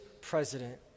president